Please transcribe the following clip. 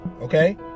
Okay